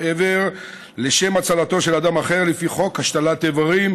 איבר לשם הצלתו של אדם אחר לפי חוק השתלת איברים,